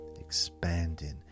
expanding